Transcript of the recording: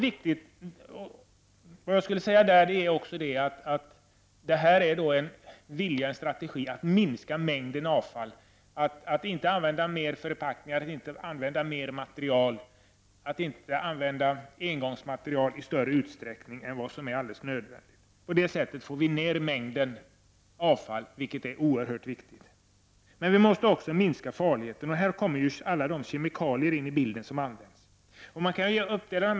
Detta handlar alltså om en vilja och en strategi att minska mängden avfall, att inte använda fler förpackningar och engångsmaterial än som är alldeles nödvändigt. På det sättet minskar vi mängden avfall, vilket är oerhört viktigt. Men vi måste också minska farligheten. Och i detta sammanhang kommer alla kemikalier som används in i bilden.